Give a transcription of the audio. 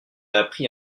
appris